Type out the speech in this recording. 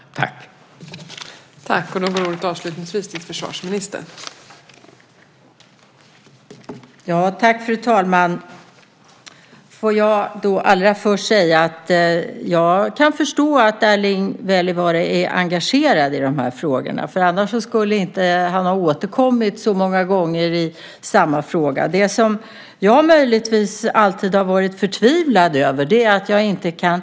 Tack!